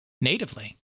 natively